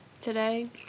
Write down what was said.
today